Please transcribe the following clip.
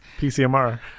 PCMR